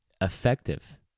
effective